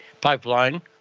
pipeline